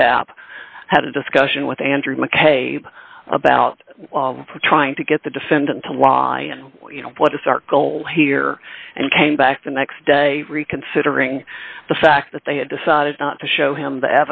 stabbed had a discussion with andrew mccabe about trying to get the defendant to lie and you know what is our goal here and came back the next day reconsidering the fact that they had decided not to show him the